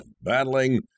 battling